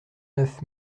neuf